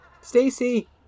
Stacy